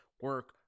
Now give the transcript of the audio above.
Work